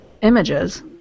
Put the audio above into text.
images